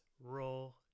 roll